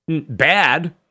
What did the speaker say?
bad